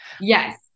Yes